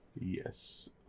Yes